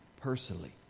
personally